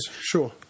Sure